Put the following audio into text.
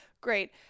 great